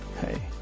hey